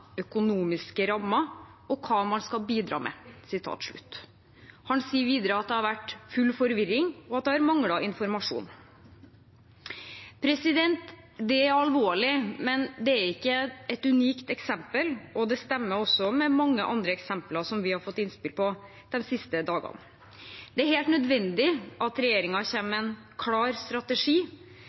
økonomiske rammer og hva man ønsker vi skal bidra med». Han sier videre at det har vært full forvirring, og at det har manglet informasjon. Det er alvorlig, men det er ikke et unikt eksempel, og det stemmer også med mange andre eksempler som vi har fått innspill om de siste dagene. Det er helt nødvendig at regjeringen kommer med en klar strategi